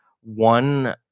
one